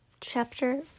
Chapter